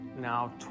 now